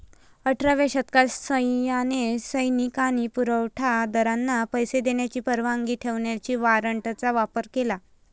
अठराव्या शतकात सैन्याने सैनिक आणि पुरवठा दारांना पैसे देण्याची परवानगी देण्यासाठी वॉरंटचा वापर केला